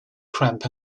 cramp